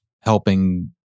helping